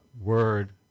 word